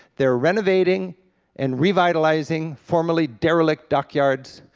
they're renovating and revitalizing formerly derelict dockyards,